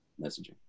messaging